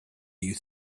you